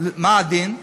מה הדין?